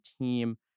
team